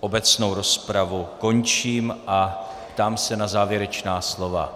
obecnou rozpravu končím a ptám se na závěrečná slova.